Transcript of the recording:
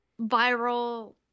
viral